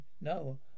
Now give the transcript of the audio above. No